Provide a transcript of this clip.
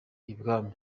ibwami